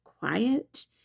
quiet